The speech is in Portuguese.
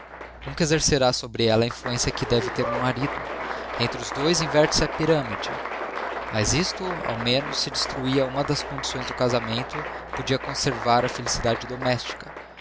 nunca exercerá sobre ela a influência que deve ter um marido entre os dois inverte se a pirâmide mas isto ao menos se destruía uma das condições do casamento podia conservar a felicidade doméstica